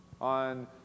on